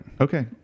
Okay